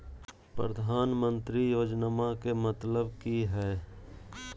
प्रधानमंत्री योजनामा के मतलब कि हय?